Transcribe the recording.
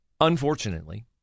Unfortunately